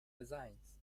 designs